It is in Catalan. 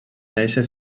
nàixer